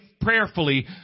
prayerfully